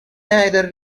neither